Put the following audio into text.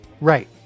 Right